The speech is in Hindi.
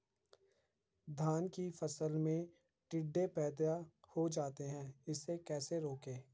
धान की फसल में टिड्डे पैदा हो जाते हैं इसे कैसे रोकें?